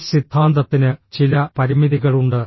ഈ സിദ്ധാന്തത്തിന് ചില പരിമിതികളുണ്ട്